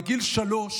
בגיל שלוש